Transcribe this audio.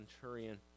centurion